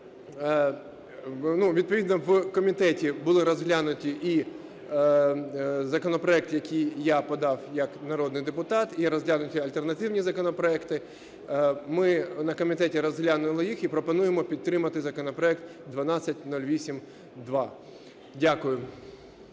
відповідно у комітеті були розглянутий і законопроект, який я подав як народний депутат, і розглянуті альтернативні законопроекти. Ми на комітеті розглянули їх і пропонуємо підтримати законопроект 1208-2. Дякую.